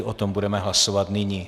O tom budeme hlasovat nyní.